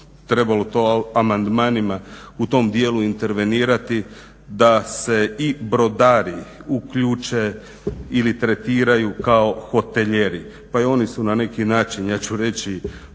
trebalo to amandmanima u tom dijelu intervenirati da se i brodari uključe ili tretiraju kao hotelijeri. Pa i oni su na neki način ja ću reći